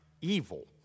evil